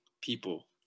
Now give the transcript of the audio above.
people